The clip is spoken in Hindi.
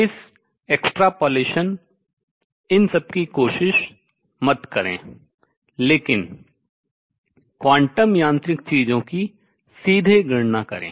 इस extrapolation बहिर्वेशन इन सब की कोशिश मत करें लेकिन क्वांटम यांत्रिक चीजों की सीधे गणना करें